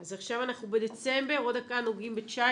אז עכשיו אנחנו בדצמבר, עוד דקה נוגעים ב-2019,